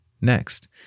next